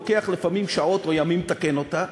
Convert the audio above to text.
לוקח לפעמים שעות או ימים לתקן אותה,